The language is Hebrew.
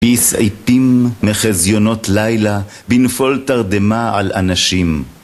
בשעיפים מחזיונות לילה, בנפול תרדמה על אנשים.